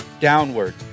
downward